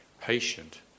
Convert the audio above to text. patient